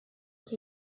que